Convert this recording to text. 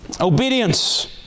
Obedience